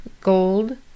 gold